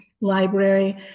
library